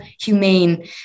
humane